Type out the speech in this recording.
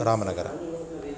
Ramanagaram